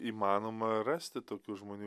įmanoma rasti tokių žmonių